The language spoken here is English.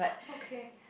okay